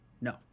no